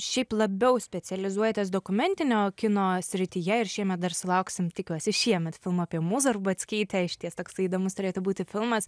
šiaip labiau specializuojatės dokumentinio kino srityje ir šiemet dar sulauksim tikiuosi šiemet filmo apie mūzą rubackytę išties toksai įdomus turėtų būti filmas